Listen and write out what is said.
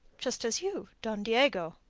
just as you, don diego,